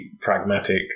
pragmatic